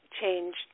change